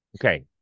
Okay